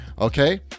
Okay